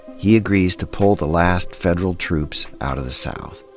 he agrees to pull the last federal troops out of the south.